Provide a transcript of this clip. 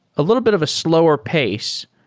a little bit of a slower pace,